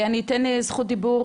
אני אתן את זכות הדיבור